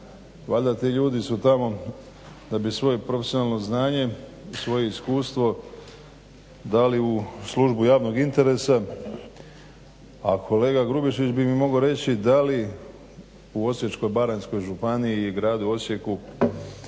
Valjda ti ljudi su tamo da bi svoje profesionalno znanje i svoje iskustvo dali u službu javnog interesa, a kolega Grubišić bi mi mogao reći da li u Osječko-baranjskoj županiji i gradu Osijeku